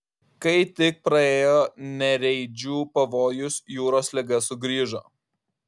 kai tik praėjo nereidžių pavojus jūros liga sugrįžo